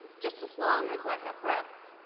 just as long as i have breath.